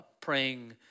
praying